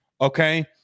Okay